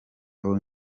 abo